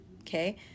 okay